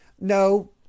No